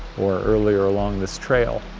or earlier along this trail,